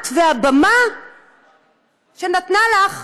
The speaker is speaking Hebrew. את והבמה שעזרה לך